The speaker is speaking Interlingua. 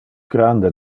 grande